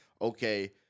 okay